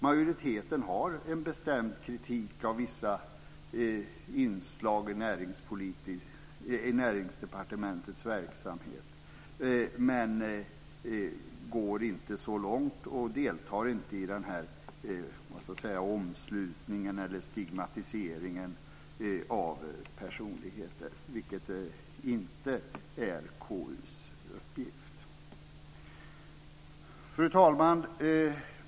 Majoriteten har en bestämd kritik av vissa inslag i Näringsdepartementets verksamhet men går inte så långt och deltar inte i den här stigmatiseringen av personligheter, vilket inte heller är KU:s uppgift. Fru talman!